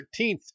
13th